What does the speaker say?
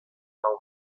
home